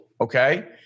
okay